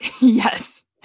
Yes